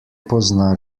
pozna